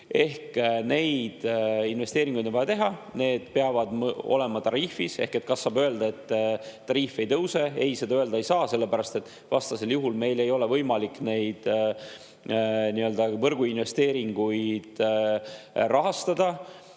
Neid investeeringuid on vaja teha ja need peavad olema tariifis [sees]. Ehk kas saab öelda, et tariif ei tõuse? Ei, seda öelda ei saa, sellepärast et vastasel juhul ei ole meil võimalik võrguinvesteeringuid rahastada.